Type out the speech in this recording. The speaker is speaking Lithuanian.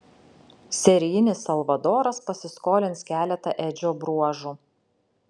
serijinis salvadoras pasiskolins keletą edžio bruožų